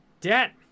debt